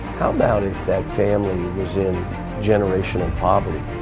how about if that family was in generational poverty?